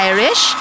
Irish